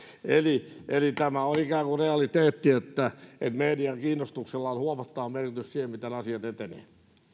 eli eli tämä on ikään kuin realiteetti että median kiinnostuksella on huomattava merkitys siihen miten asiat etenevät